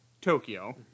Tokyo